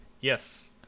Yes